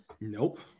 Nope